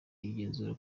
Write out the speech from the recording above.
igenzura